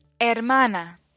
hermana